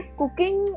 cooking